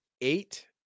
eight